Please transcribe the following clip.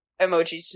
emojis